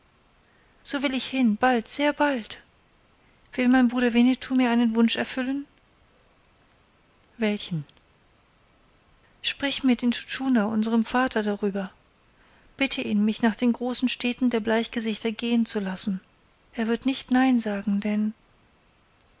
so will ich hin bald sehr bald will mein bruder winnetou mir einen wunsch erfüllen welchen sprich mit intschu tschuna unserm vater darüber bitte ihn mich nach den großen städten der bleichgesichter gehen zu lassen er wird nicht nein sagen denn